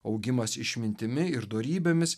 augimas išmintimi ir dorybėmis